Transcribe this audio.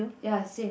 ya same